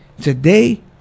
Today